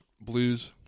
blues